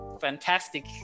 Fantastic